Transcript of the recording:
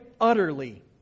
utterly